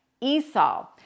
Esau